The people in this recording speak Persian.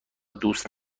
دوست